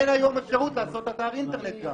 אין היום אפשרות לעשות אתר אינטרנט.